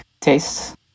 tastes